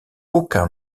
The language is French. aucun